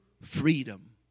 freedom